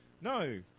No